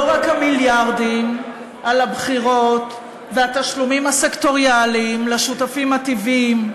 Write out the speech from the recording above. לא רק המיליארדים על הבחירות והתשלומים הסקטוריאליים לשותפים הטבעיים,